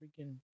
freaking